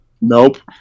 nope